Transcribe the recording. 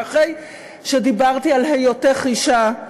ואחרי שדיברתי על היותך אישה,